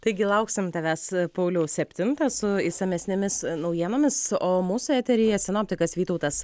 taigi lauksim tavęs pauliau septintą su išsamesnėmis naujienomis o mūsų eteryje sinoptikas vytautas